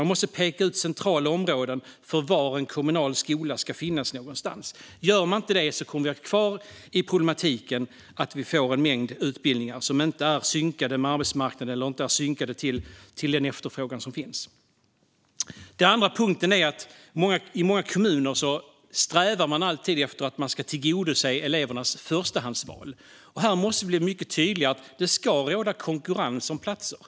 Man måste peka ut centrala områden för var en kommunal skola ska finnas. Om man inte gör det kommer vi att vara kvar i problematiken med att vi får en mängd utbildningar som inte är synkade med arbetsmarknaden eller till den efterfrågan som finns. Den andra punkten är att man i många kommuner alltid strävar efter att tillgodose elevernas förstahandsval. Här måste vi bli mycket tydligare med att det ska råda konkurrens om platserna.